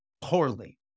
poorly